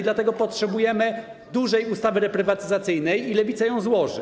Dlatego potrzebujemy dużej ustawy reprywatyzacyjnej, i Lewica ją złoży.